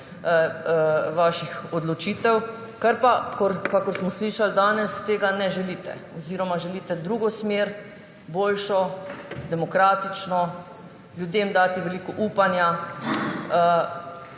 vaših odločitev. Kakor pa smo slišali danes, tega ne želite oziroma želite drugo smer, boljšo, demokratično, ljudem dati veliko upanja.